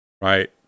right